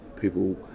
people